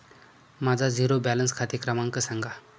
माझा zero balance खाते क्रमांक सांगा